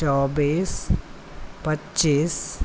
चौबीस पच्चीस